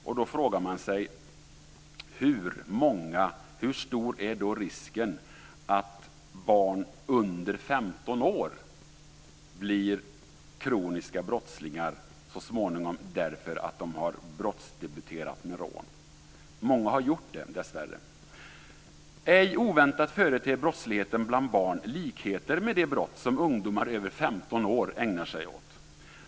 Man frågar sig då: Hur stor är risken att barn under 15 år så småningom blir kroniska brottslingar därför att de har brottsdebuterat med rån? Många har dessvärre gjort det. Ej oväntat företer brottsligheten bland barn likheter med de brott som ungdomar över 15 år ägnar sig åt.